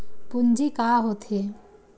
पूंजी का होथे?